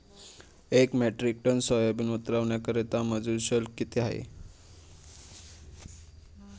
एक metric ton soybean उतरवण्याकरता मजूर शुल्क किती आहे?